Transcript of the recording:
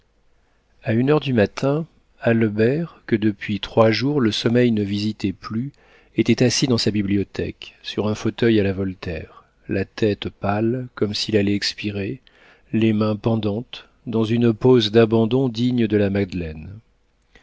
a une heure du matin albert que depuis trois jours le sommeil ne visitait plus était assis dans sa bibliothèque sur un fauteuil à la voltaire la tête pâle comme s'il allait expirer les mains pendantes dans une pose d'abandon digne de la magdeleine